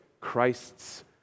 Christ's